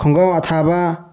ꯈꯣꯡꯒ꯭ꯔꯥꯎ ꯑꯊꯥꯕ